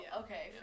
okay